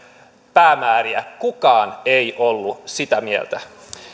päämääriä kukaan ei ollut sitä mieltä